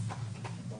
אנחנו